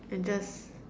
and just